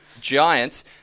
giants